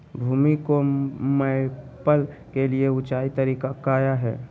भूमि को मैपल के लिए ऊंचे तरीका काया है?